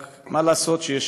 רק, מה לעשות שיש